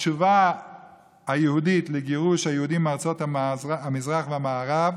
התשובה היהודית לגירוש היהודים מארצות המזרח והמערב,